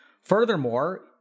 Furthermore